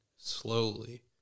slowly